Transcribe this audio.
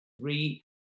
Three